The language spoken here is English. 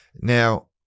Now